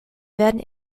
werden